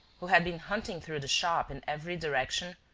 who had been hunting through the shop in every direction,